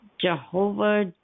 Jehovah